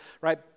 right